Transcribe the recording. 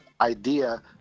idea